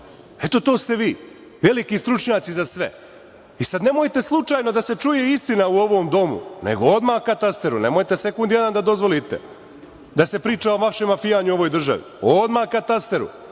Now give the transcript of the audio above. Eto, to ste vi, veliki stručnjaci za sve. Nemojte slučajno da se čuje istina u ovom domu, nego odmah ka tasteru! Nemojte sekund jedan da dozvolite da se priča o vašem mafijanju u ovoj državi, odmah ka tasteru!